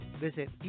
visit